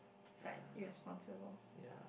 is like irresponsible